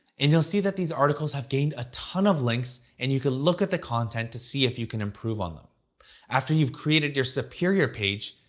and you'll see that these articles have gained a ton of links, and you can look at the content to see if you can improve on. after you've created your superior page,